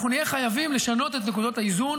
אנחנו נהיה חייבים לשנות את נקודות האיזון